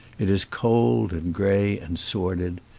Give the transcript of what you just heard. it is cold and grey and sordid,